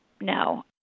no